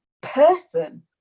person